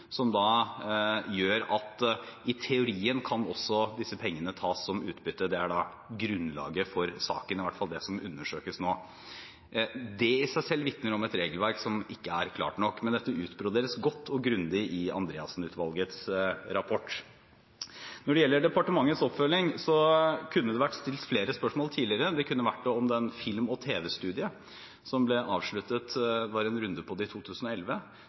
som gjør at i teorien kan også disse pengene tas som utbytte. Det er grunnlaget for saken, i hvert fall det som undersøkes nå. Det i seg selv vitner om et regelverk som ikke er klart nok, men dette utbroderes godt og grundig i Andreassen-utvalgets rapport. Når det gjelder departementets oppfølging, kunne det vært stilt flere spørsmål tidligere, f.eks. om en film- og tv-studie som det var en runde på i 2011.